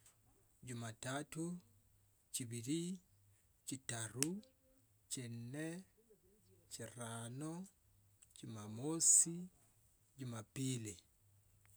Jumatatu, chibili, chitaru, chinne, chirano jumamosi, jumapili.